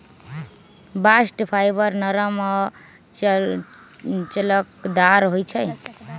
bast fibre नरम आऽ लचकदार होइ छइ